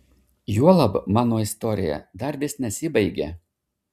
juolab mano istorija dar vis nesibaigė